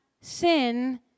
sin